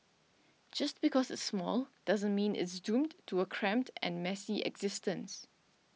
just because it's small doesn't mean it's doomed to a cramped and messy existence